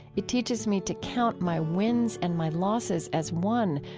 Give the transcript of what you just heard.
it teaches me to count my wins and my losses as one,